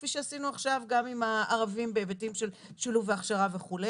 כפי שעשינו עכשיו גם עם הערבים בהיבטים של שילוב והכשרה וכו'.